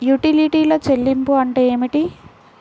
యుటిలిటీల చెల్లింపు అంటే ఏమిటి?